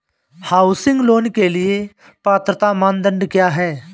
Housing loan के लिए पात्रता मानदंड क्या हैं?